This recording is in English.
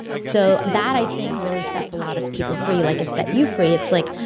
so that i think really sets a lot of people free like it set you free. it's like,